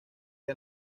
que